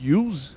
use